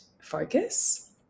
focus